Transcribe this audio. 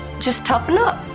just toughen up,